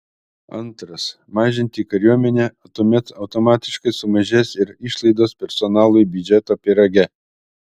antras mažinti kariuomenę o tuomet automatiškai sumažės ir išlaidos personalui biudžeto pyrage